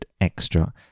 extra